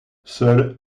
seule